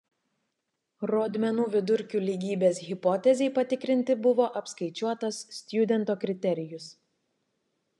rodmenų vidurkių lygybės hipotezei patikrinti buvo apskaičiuotas stjudento kriterijus